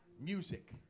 Music